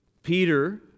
Peter